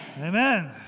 Amen